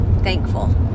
thankful